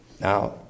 Now